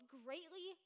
greatly